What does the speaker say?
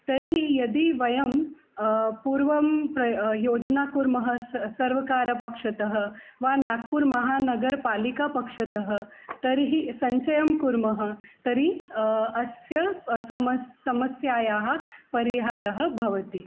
तर्हि यदि वयं पूर्वं प्र योजनां कुर्मः सः सर्वकारपक्षतः वा नाग्पुर् महानगर्पालिकापक्षतः तर्हि सञ्चयं कुर्मः तर्हि अस्याः समस्यायाः समस्यायाः परिहारः भवति